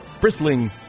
bristling